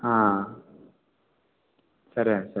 ಹಾಂ ಸರಿ ಸರಿ